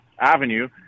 Avenue